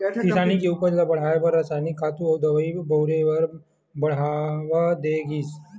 किसानी के उपज ल बड़हाए बर रसायनिक खातू अउ दवई ल बउरे बर बड़हावा दे गिस